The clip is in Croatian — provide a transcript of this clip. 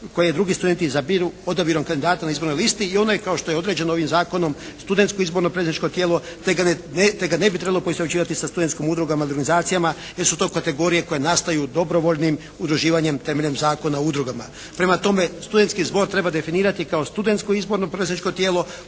koje drugi studenti izabiru odabirom kandidata na izbornoj listi i onaj kao što je određeno ovim Zakonom studentsko izborno predstavničko tijelo te ga ne bi trebalo poistovjećivati sa studentskim udrugama i organizacijama jer su to kategorije koje nastaju dobrovoljnim udruživanjem temeljem Zakona o udrugama. Prema tome, studentski zbor treba definirati kao studentsko izborno predstavničko tijelo